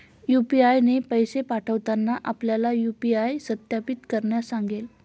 UPI ने पैसे पाठवताना आपल्याला यू.पी.आय सत्यापित करण्यास सांगेल